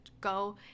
go